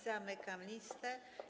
Zamykam listę.